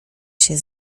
się